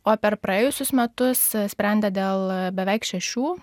o per praėjusius metus sprendė dėl beveik šešių